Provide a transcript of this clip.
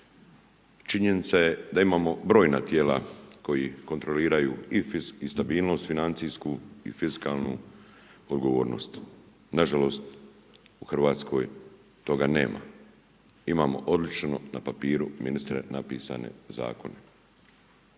Činjenica je da imamo brojna tijela koja kontrolu i stabilnost financiju i fiskalnu odgovornost. Nažalost Hrvatskoj toga nema. Imamo odlično, na papiru ministre napisane zakone.